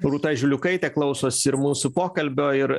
rūta žiliukaitė klausosi ir mūsų pokalbio ir